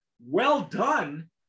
well-done